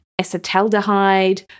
acetaldehyde